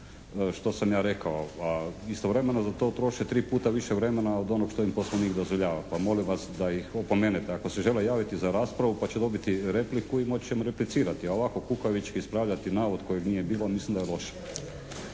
što sam ja rekao, a istovremeno za to troše 3 puta više vremena od onoga što im Poslovnik dozvoljava. Pa molim vas da ih opomenete. Ako se žele javiti za raspravu pa će dobiti repliku i moći ćemo replicirati. A ovako kukavički ispravljati navod kojega nije bilo mislim da je loše.